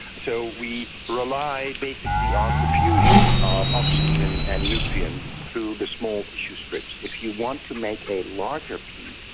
so we rely basically on um the fusion of oxygen and nutrients through the small tissue strips. if you want to make a larger piece,